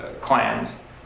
Clans